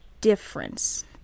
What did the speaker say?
difference